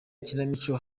ikinamico